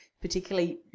particularly